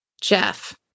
Jeff